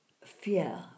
fear